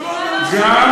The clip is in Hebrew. המדינה,